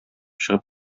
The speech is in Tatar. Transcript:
чыгып